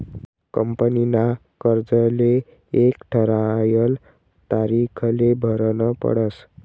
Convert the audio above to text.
कंपनीना कर्जले एक ठरायल तारीखले भरनं पडस